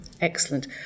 Excellent